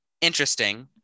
interesting